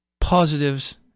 positives